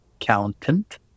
accountant